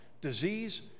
disease